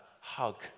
hug